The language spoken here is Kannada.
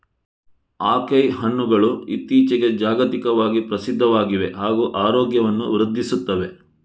ಆಕೈ ಹಣ್ಣುಗಳು ಇತ್ತೀಚಿಗೆ ಜಾಗತಿಕವಾಗಿ ಪ್ರಸಿದ್ಧವಾಗಿವೆ ಹಾಗೂ ಆರೋಗ್ಯವನ್ನು ವೃದ್ಧಿಸುತ್ತವೆ